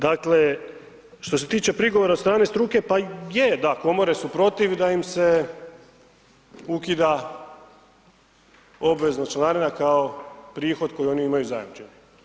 Dakle, što se tiče prigovora od strane struke, pa je, da, komore su protiv da im se ukida obvezna članarina kao prihod koji oni imaju zajamčen.